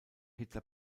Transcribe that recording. hitler